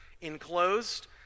Enclosed